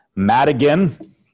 Madigan